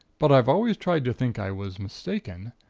but i've always tried to think i was mistaken.